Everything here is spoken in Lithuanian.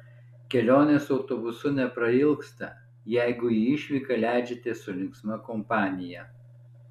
kelionės autobusu neprailgsta jeigu į išvyką leidžiatės su linksma kompanija